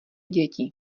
děti